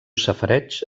safareig